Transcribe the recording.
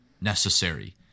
necessary